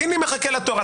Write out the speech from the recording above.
קינלי מחכה לתור,